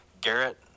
Garrett